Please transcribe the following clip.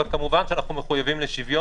אבל כמובן אנו מחויבים לשוויון.